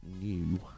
new